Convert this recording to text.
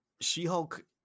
She-Hulk